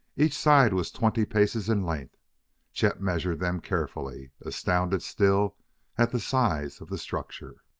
each side was twenty paces in length chet measured them carefully, astounded still at the size of the structure.